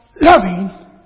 loving